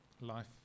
life